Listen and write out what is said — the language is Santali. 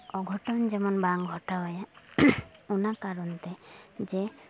ᱚᱜᱷᱚᱴᱚᱱ ᱡᱮᱢᱚᱱ ᱵᱟᱝ ᱜᱷᱚᱴᱟᱣ ᱟᱭᱟ ᱚᱱᱟ ᱠᱟᱨᱚᱱ ᱛᱮ ᱡᱮ